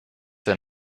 der